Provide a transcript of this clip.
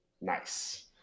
Nice